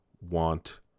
want